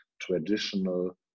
traditional